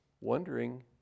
wondering